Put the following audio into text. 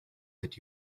that